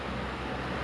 it's quite sad